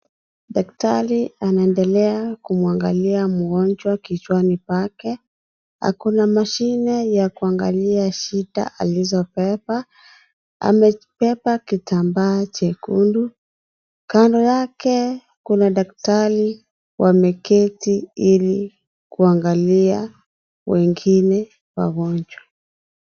Daktari anaendelea kumwangalia mgonjwa kichwani pake. Ako na mashine ya kuangalia shida alizobeba. Amebeba kitambaa chekundu. Kando yake, kuna daktari wameketi ili kuangalia wengine wagonjwa.